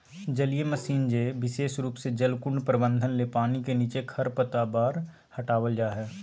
जलीय मशीन जे विशेष रूप से जलकुंड प्रबंधन ले पानी के नीचे खरपतवार हटावल जा हई